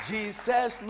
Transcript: Jesus